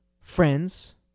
friends